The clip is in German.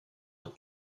hat